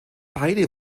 beide